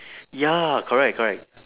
ya correct correct